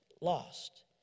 lost